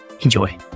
enjoy